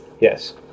Yes